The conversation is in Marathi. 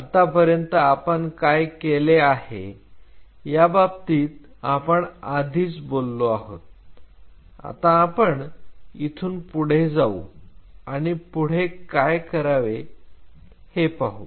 आतापर्यंत आपण काय केले आहे याबाबतीत आपण आधीच बोललो आहोत आता आपण इथून पुढे जाऊ आणि पुढे काय करावे हे पाहू